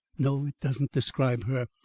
no, it doesn't describe her.